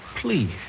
Please